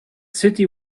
city